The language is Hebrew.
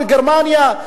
גרמניה.